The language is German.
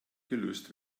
gelöst